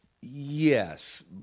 Yes